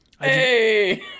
Hey